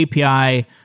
API